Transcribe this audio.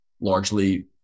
largely